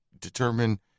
determine